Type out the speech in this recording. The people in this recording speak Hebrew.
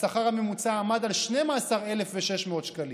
השכר הממוצע עמד על 12,600 שקלים.